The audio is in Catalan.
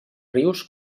rius